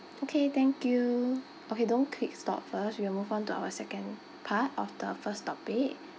okay thank you okay don't click stop first we'll move on to our second part of the first topic